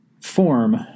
form